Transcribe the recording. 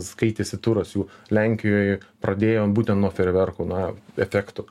skaitėsi turas jų lenkijoj pradėjo būtent nuo fejerverkų na efektų